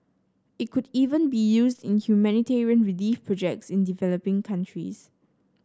it could even be used in humanitarian relief projects in developing countries